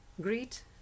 Greet